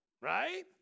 Right